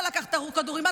לא לקחת את הכדורים,